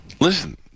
Listen